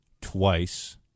twice